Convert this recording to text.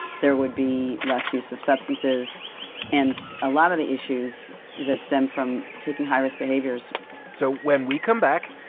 there would be less use of substances and a lot of the issues that stem from taking high-risk behaviors so when we come back,